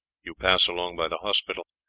you pass along by the hospital,